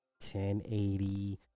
1080